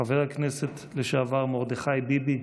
חבר הכנסת לשעבר מרדכי ביבי,